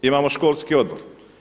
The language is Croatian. Imamo školski odbor.